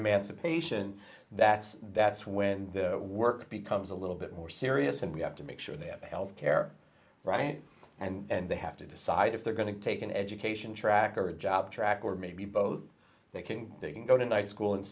emancipation that's that's when the work becomes a little bit more serious and we have to make sure they have health care right and they have to decide if they're going to take an education track or a job track or maybe both they can they can go to night